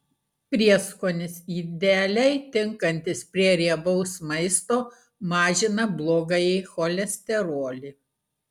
prieskonis idealiai tinkantis prie riebaus maisto mažina blogąjį cholesterolį